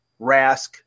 Rask